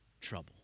trouble